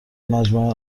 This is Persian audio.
مجمع